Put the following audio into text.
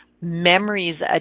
memories